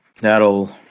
that'll